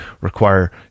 require